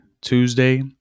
Tuesday